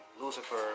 Lucifer